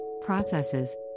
processes